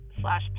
slash